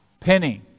penny